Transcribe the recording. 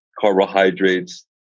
carbohydrates